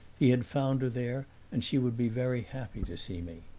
he had found her there and she would be very happy to see me.